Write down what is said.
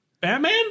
Batman